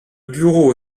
bureau